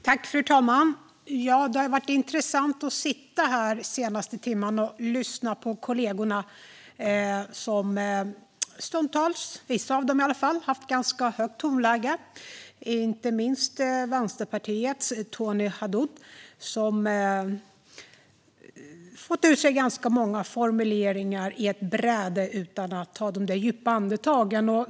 Fru talman! Det har varit intressant att den senaste timmen sitta här och lyssna på kollegorna som stundtals, vissa av dem i alla fall, haft ett ganska högt tonläge, inte minst Vänsterpartiets Tony Haddou som fått ur sig ganska många formuleringar på ett bräde utan att ta några djupa andetag.